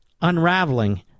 unraveling